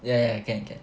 ya can can